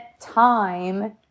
time